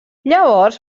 llavors